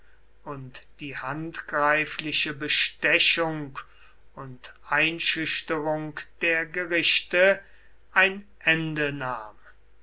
und die handgreifliche bestechung und einschüchterung der gerichte ein ende nahm